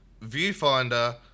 Viewfinder